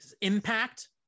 impact